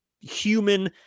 human